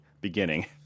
beginning